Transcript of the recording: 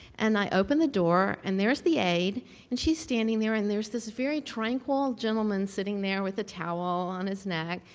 and i open the door, and there's the aide and she's standing there, and there's this very tranquil gentleman sitting there with a towel on his neck.